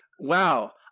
Wow